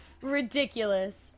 ridiculous